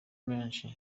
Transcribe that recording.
menshi